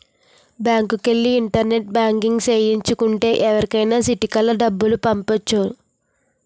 బ్యాంకుకెల్లి internet banking సేయించు కుంటే ఎవరికైనా సిటికలో డబ్బులు పంపొచ్చును